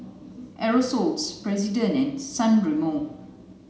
Aerosoles President and San Remo